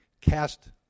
cast